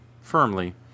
firmly